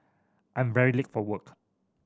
I'm very late for work